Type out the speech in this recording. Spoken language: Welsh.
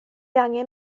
angen